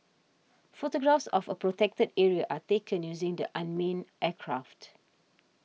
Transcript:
photographs of a Protected Area are taken using the unmanned aircraft